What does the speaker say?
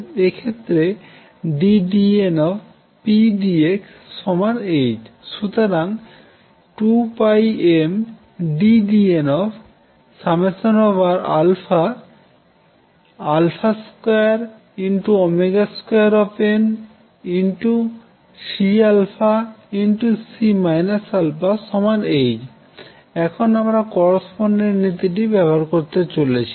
এক্ষেত্রে ddn∫pdxh সুতরাং 2πmddn22CC αh এখন আমরা করেসপন্ডেন্স নীতিটি ব্যবহার করতে চলেছি